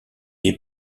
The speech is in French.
des